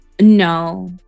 No